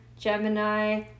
Gemini